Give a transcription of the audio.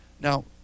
Now